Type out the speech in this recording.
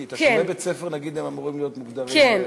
כי תשלומי בית-ספר, נגיד, אמורים להיות מוגדרים.